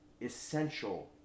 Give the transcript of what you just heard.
essential